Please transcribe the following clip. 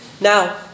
Now